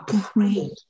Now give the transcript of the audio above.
pray